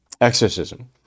exorcism